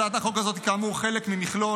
הצעת החוק הזאת היא כאמור חלק ממכלול,